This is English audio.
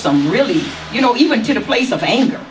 some really you know even to the place of anger